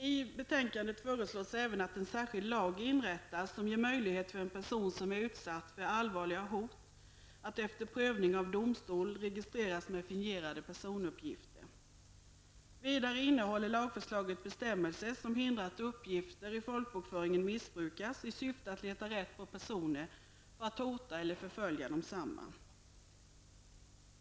I betänkandet föreslås även att en särskild lag inrättas som ger möjlighet för en person som är utsatt för allvarligt hot att efter prövning av domstol registreras med fingerade personuppgifter. Vidare innehåller lagförslaget bestämmelser som hindrar att uppgifter i folkbokföringen missbrukas i syfte att leta rätt på en person för att hota eller förfölja densamme.